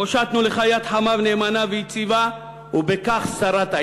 הושטנו לך יד חמה ונאמנה ויציבה, ובכך שרדת.